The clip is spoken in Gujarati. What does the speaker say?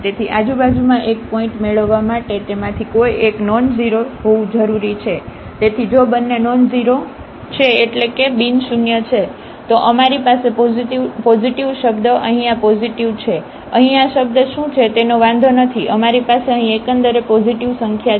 તેથી આજુબાજુમાં એક પોઇન્ટ મેળવવા માટે તેમાંથી કોઈ એક નોન ઝીરો હોવું જરૂરી છે તેથી જો બંને નોન ઝીરો છે એટલે કે કે બિન શૂન્ય છે તો અમારી પાસે પોઝિટિવ શબ્દ અહીં આ પોઝિટિવ શબ્દ છે અહીં આ શબ્દ શું છે તેનો વાંધો નથી અમારી પાસે અહીં એકંદરે પોઝિટિવ સંખ્યા છે